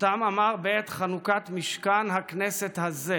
שאותם אמר בעת חנוכת משכן הכנסת הזה,